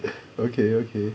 okay okay